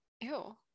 ew